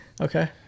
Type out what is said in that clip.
okay